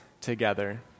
together